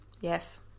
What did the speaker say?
Yes